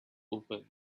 opened